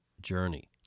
journey